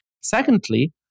Secondly